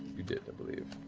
you did, i believe.